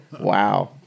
Wow